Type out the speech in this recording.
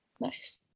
Nice